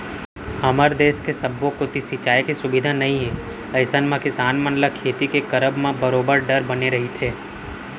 हमर देस के सब्बो कोती सिंचाई के सुबिधा नइ ए अइसन म किसान मन ल खेती के करब म बरोबर डर बने रहिथे